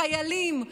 חיילים,